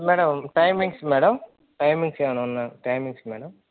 madam timings madam timings ఏమైనా ఉన్నాయా timings madam